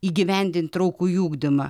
įgyvendint įtraukųjį ugdymą